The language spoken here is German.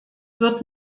wird